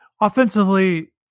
offensively